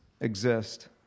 exist